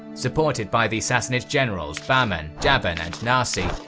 supported by the sassanid generals bahman, jaban and narsi,